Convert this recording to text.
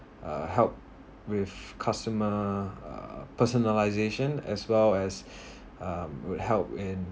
uh help with customer uh personalisation as well as um would help in